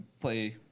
play